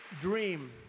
dream